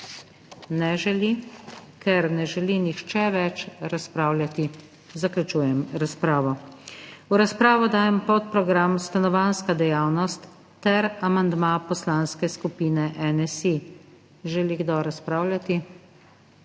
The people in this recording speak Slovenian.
Ne želi. Ker ne želi nihče več razpravljati, zaključujem razpravo. V razpravo dajem podprogram Stanovanjska dejavnost ter amandma Poslanske skupine NSi. Želi kdo razpravljati?